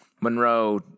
Monroe –